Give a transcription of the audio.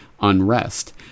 unrest